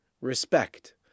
respect